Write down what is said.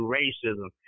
racism